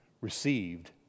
received